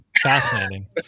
fascinating